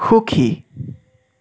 সুখী